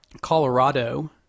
Colorado